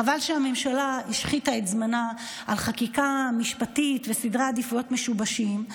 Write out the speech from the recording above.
חבל שהממשלה השחיתה את זמנה על חקיקה משפטית וסדרי עדיפויות משובשים.